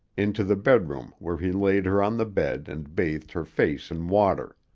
into the bedroom where he laid her on the bed and bathed her face in water.